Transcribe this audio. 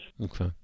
Okay